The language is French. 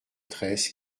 treize